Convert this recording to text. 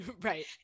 right